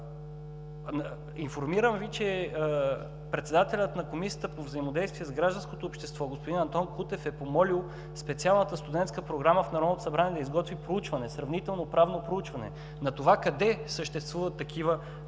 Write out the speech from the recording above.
Информирам Ви, че председателят на Комисията по взаимодействие с гражданското общество господин Антон Кутев е помолил специалната студентска програма в Народното събрание да изготви сравнително правно проучване къде съществуват такива